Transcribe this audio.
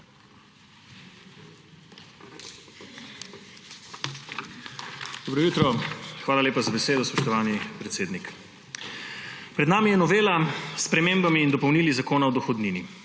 Dobro jutro. Hvala lepa za besedo, spoštovani predsednik. Pred nami je novela s spremembami in dopolnili Zakona o dohodnini.